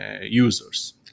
users